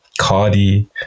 Cardi